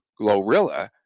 Glorilla